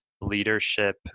Leadership